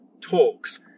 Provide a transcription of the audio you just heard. talks